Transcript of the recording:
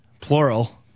plural